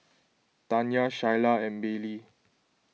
Tanya Shyla and Baylee